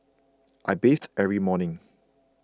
I bathe every morning